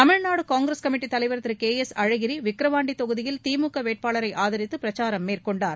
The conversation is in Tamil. தமிழ்நாடு காங்கிரஸ் கமிட்டித் தலைவர் திரு கே எஸ் அழகிரி விக்கிரவாண்டி தொகுதியில் திமுக வேட்பாளரை ஆதரித்து பிரச்சாரம் மேற்கொண்டார்